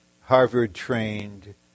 Harvard-trained